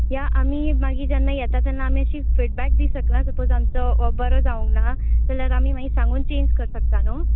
या आमी मागीर जेन्ना येता तेन्ना आमी अशी फिडबॅक दी शकना सपोज आमचो बरो जावूंक ना जाल्यार आमी मागीर सांगून चॅंज कर शकता न्हू